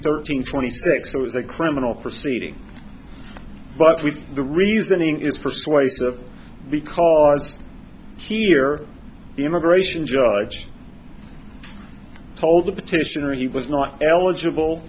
thirteen twenty six it was a criminal proceeding but with the reasoning is persuasive because here the immigration judge told the petitioner he was not eligible